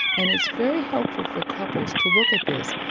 and it's very helpful for couples to look at this,